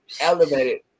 elevated